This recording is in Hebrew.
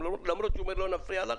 למרות שאמרתי לא להפריע לך,